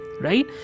right